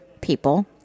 people